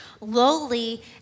lowly